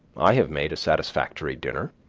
i have made a satisfactory dinner,